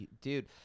Dude